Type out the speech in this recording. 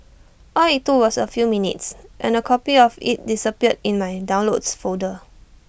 all IT took was A few minutes and A copy of IT disappeared in my in downloads folder